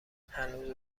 هنوز